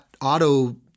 auto